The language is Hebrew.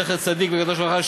זכר צדיק לברכה,